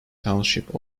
township